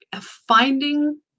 finding